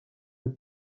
with